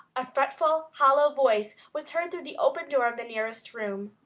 a fretful, hollow voice was heard through the open door of the nearest room.